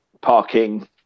Parking